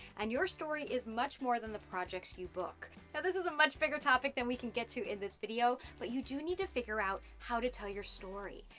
and your story is much more than the projects you book. now this is a much bigger topic than we can get to in this video, but you do need to figure out how to tell your story.